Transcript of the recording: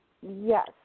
Yes